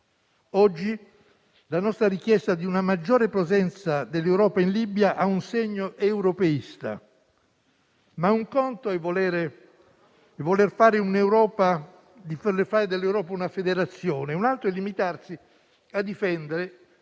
Oggi la nostra richiesta di una maggiore presenza dell'Europa in Libia ha un segno europeista, ma, un conto, è voler fare dell'Europa una federazione, un altro è limitarsi a difendere